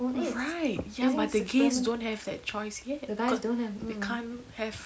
right ya but the gays don't have that choice yet cause they can't have